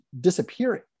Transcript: disappearing